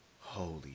Holy